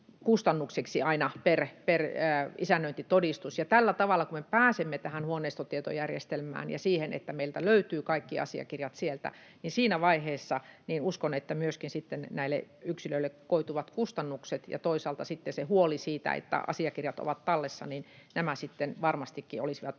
kustannuksiksi aina per isännöintitodistus. Tällä tavalla, kun me pääsemme tähän huoneistotietojärjestelmään ja siihen, että meiltä löytyvät kaikki asiakirjat sieltä, siinä vaiheessa uskon, että myöskin sitten näille yksilöille koituvat kustannukset ja toisaalta sitten se huoli siitä, ovatko asiakirjat tallessa, varmastikin olisivat